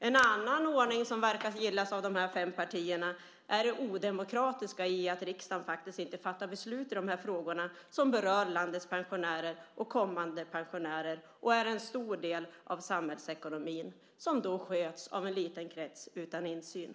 En annan ordning som verkar gillas av de här fem partierna är den med det odemokratiska att riksdagen faktiskt inte fattar beslut i de här frågorna, som ju berör landets pensionärer - även kommande pensionärer - och är en stor del av samhällsekonomin men som sköts av en liten krets utan insyn.